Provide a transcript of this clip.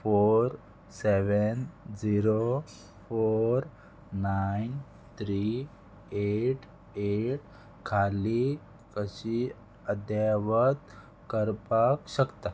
four seven zero four nine three eight eight खाली कशी अध्यावत करपाक शकता